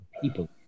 people